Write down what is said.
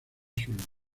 sueldo